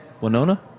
Winona